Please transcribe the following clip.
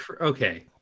okay